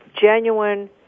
genuine